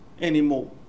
anymore